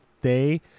day